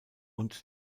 und